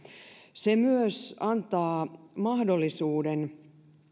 se myös antaa mahdollisuuden